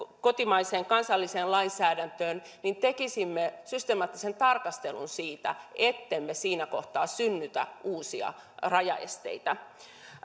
kotimaiseen kansalliseen lainsäädäntöön tekisimme systemaattisen tarkastelun ettemme siinä kohtaa synnytä uusia rajaesteitä